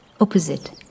Opposite